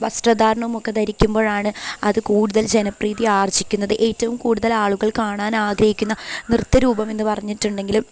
വസ്ത്രധാരണമൊക്കെ ധരിക്കുമ്പോഴാണ് അത് കൂടുതൽ ജനപ്രീതി ആർജിക്കുന്നത് ഏറ്റവും കൂടുതൽ ആളുകൾ കാണാൻ ആഗ്രഹിക്കുന്ന നൃത്ത രൂപമെന്ന് പറഞ്ഞിട്ടുണ്ടെങ്കിലും